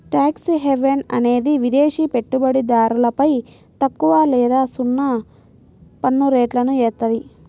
tax haven అనేది విదేశి పెట్టుబడిదారులపై తక్కువ లేదా సున్నా పన్నురేట్లను ఏత్తాది